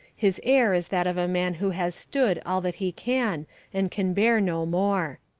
his air is that of a man who has stood all that he can and can bear no more.